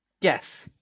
Yes